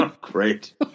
Great